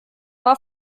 war